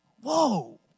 Whoa